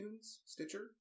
Stitcher